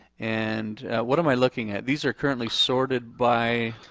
and what am i looking at? these are currently sorted by?